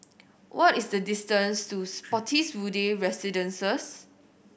what is the distance to Spottiswoode Residences